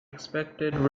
expected